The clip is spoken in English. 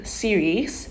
series